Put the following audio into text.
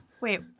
Wait